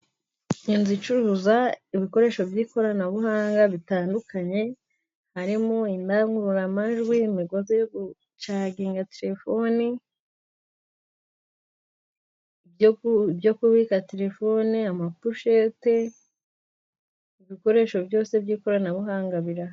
Inzu icuruza ibikoresho by'ikoranabuhanga bitandukanye harimo: indangururamajwi, imigozi yo gucaginga terefone, amapushete, ibikoresho byose by'ikoranabuhanga birahari.